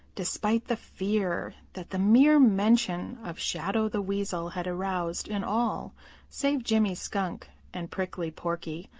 despite the fear that the mere mention of shadow the weasel had aroused in all save jimmy skunk and prickly porky.